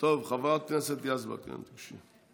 חברת הכנסת יזבק, כן, תיגשי.